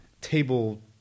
table